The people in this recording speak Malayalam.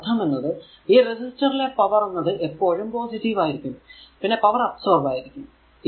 അതിന്റെ അർഥം എന്നത് ഈ റെസിസ്റ്റർ ലെ പവർ എന്നത് എപ്പോഴും പോസിറ്റീവ് ആയിരിക്കും പിന്നെ പവർ അബ്സോർബ് ആയിരിക്കും